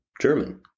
German